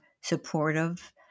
supportive